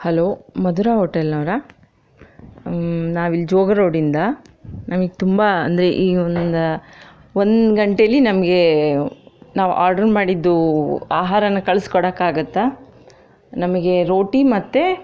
hello Madhura hotel ನವ್ರಾ ನಾವು ಇಲ್ಲಿ ಜೋಗ್ರೋಡಿಂದ ನಮಗೆ ತುಂಬ ಅಂದರೆ ಈಗ ಒಂದು ಒಂದು ಗಂಟೇಲಿ ನಮಗೆ ನಾವು ಆರ್ಡರ್ ಮಾಡಿದ್ದು ಆಹಾರಾನಾ ಕಳಿಸಿಕೊಡೋಕ್ಕೆ ಆಗುತ್ತಾ ನಮಗೆ ರೋಟಿ ಮತ್ತೆ